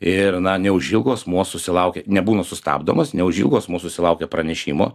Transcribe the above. ir na neužilgo asmuo susilaukia nebūna sustabdomas neužilgo asmuo susilaukia pranešimo